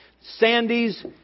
Sandy's